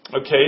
okay